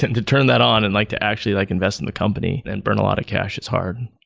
to and to turn that on and like to actually like invest in the company and burn a lot of cash, it's hard.